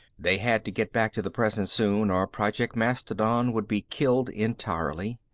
they had to get back to the present soon or project mastodon would be killed entirely.